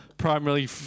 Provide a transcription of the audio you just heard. Primarily